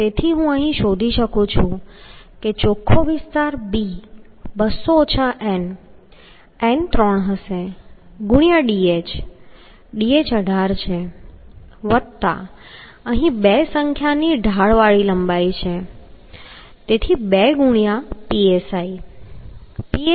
તેથી અહીં હું શોધી શકું છું કે ચોખ્ખો વિસ્તાર b 200 ઓછા n n 3 હશે ગુણ્યાં dh dh 18 છે વત્તા અહીં બે સંખ્યાની ઢાળવાળી લંબાઈ છે તેથી 2 ગુણ્યાં psi